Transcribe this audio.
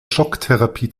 schocktherapie